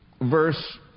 Verse